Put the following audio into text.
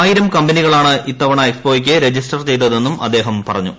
ആയിരം കമ്പനികളാണ് ഇത്തവണ എക്സ്പോയ്ക്ക് രജിസ്റ്റർ ചെയ്തതെന്നും അദ്ദേഹം പറഞ്ഞു